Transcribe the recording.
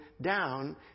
down